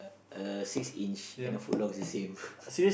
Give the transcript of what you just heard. a six inch and a foot long is the same